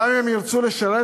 גם אם הם ירצו לשרת,